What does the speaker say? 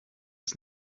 ist